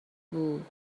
بود